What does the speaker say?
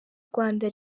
rwanda